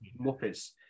Muppets